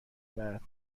برد